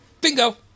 Bingo